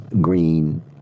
Green